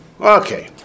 Okay